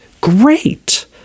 Great